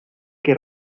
que